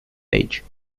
age